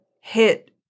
hit